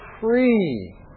free